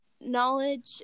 knowledge